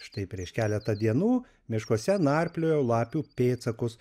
štai prieš keletą dienų miškuose narpliojau lapių pėdsakus